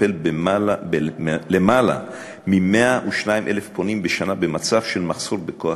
מטפל בלמעלה מ-102,000 פונים בשנה במצב של מחסור בכוח-אדם.